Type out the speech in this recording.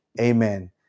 amen